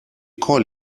call